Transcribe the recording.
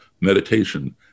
meditation